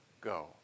go